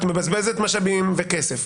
את מבזבזת משאבים וכסף.